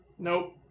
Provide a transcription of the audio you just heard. Nope